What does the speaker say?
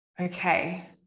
okay